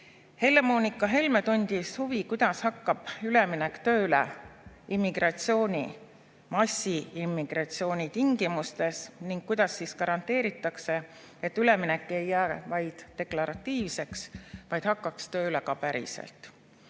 Helle-Moonika Helme tundis huvi, kuidas hakkab üleminek tööle immigratsiooni, massiimmigratsiooni tingimustes ning kuidas siis garanteeritakse, et üleminek ei jää vaid deklaratiivseks, vaid hakkaks tööle ka päriselt.